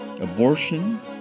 Abortion